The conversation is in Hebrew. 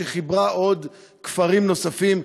שחיברה כפרים נוספים,